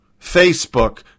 Facebook